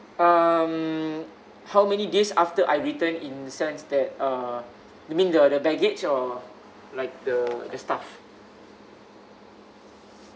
um how many days after I retuned in sense that uh you mean the the baggage or like the the staff